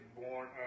born